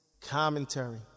Commentary